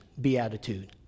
beatitude